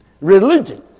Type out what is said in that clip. Religion